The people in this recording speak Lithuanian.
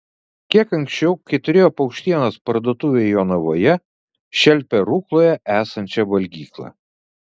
kiek anksčiau kai turėjo paukštienos parduotuvę jonavoje šelpė rukloje esančią valgyklą